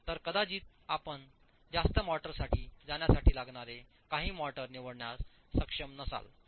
तर कदाचित आपण कदाचित जास्त मोर्टारसाठी जाण्यासाठी लागणारे काही मोर्टार निवडण्यास सक्षम नसाल